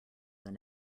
than